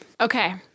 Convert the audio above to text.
Okay